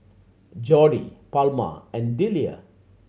Jordy Palma and Deliah